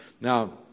Now